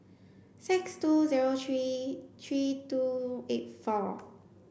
six two zero three three two eight four